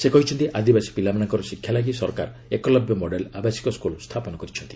ସେ କହିଛନ୍ତି ଆଦିବାସୀ ପିଲାମାନଙ୍କର ଶିକ୍ଷା ଲାଗି ସରକାର ଏକଲବ୍ୟ ମଡେଲ ଆବାସିକ ସ୍କୁଲ ସ୍ଥାପନ କରିଛନ୍ତି